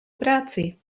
práci